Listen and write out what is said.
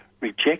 reject